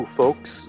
folks